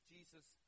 Jesus